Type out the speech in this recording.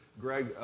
Greg